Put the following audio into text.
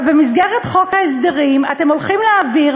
אבל במסגרת חוק ההסדרים אתם הולכים להעביר